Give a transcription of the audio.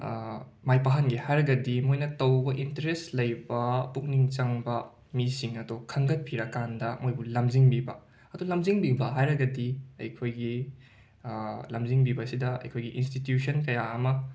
ꯃꯥꯏ ꯄꯥꯛꯍꯟꯒꯦ ꯍꯥꯏꯔꯒꯗꯤ ꯃꯣꯏꯅ ꯇꯧꯕ ꯏꯟꯇꯔꯦꯁ ꯂꯩꯕ ꯄꯨꯛꯅꯤꯡ ꯆꯪꯕ ꯃꯤꯁꯤꯡ ꯑꯗꯣ ꯈꯟꯒꯠꯄꯤꯔꯀꯥꯟꯗ ꯃꯈꯣꯏꯕꯨ ꯂꯝꯖꯤꯡꯕꯤꯕ ꯑꯗꯣ ꯂꯝꯖꯤꯡꯕꯤꯕ ꯍꯥꯏꯔꯒꯗꯤ ꯑꯩꯈꯣꯏꯒꯤ ꯂꯝꯖꯤꯡꯕꯤꯕꯁꯤꯗ ꯑꯩꯈꯣꯏꯒꯤ ꯏꯟꯁꯇꯤꯇ꯭ꯌꯨꯁꯟ ꯀꯌꯥ ꯑꯃ